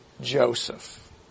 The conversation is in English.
Joseph